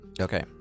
Okay